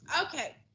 okay